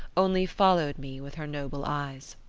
only followed me with her noble eyes.